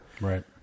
Right